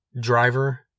Driver